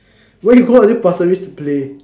why you go until Pasir-Ris to play